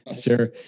sure